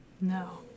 No